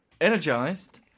energized